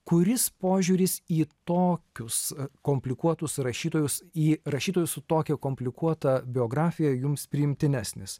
kuris požiūris į tokius komplikuotus rašytojus į rašytojus su tokia komplikuota biografija jums priimtinesnis